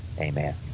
Amen